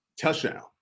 touchdown